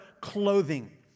clothing